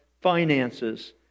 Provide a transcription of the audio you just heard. finances